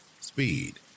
speed